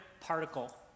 particle